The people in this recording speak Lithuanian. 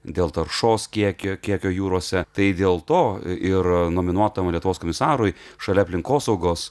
dėl taršos kiekio kiekio jūrose tai dėl to ir nominuotam lietuvos komisarui šalia aplinkosaugos